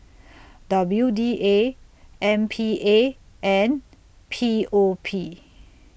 W D A M P A and P O P